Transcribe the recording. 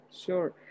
sure